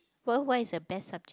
well what is your best subject